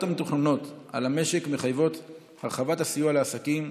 המתוכננות על המשק מחייבות הרחבת הסיוע לעסקים,